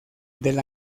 del